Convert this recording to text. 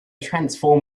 transform